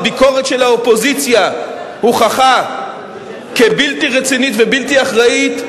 והביקורת של האופוזיציה הוכחה כבלתי רצינית ובלתי אחראית.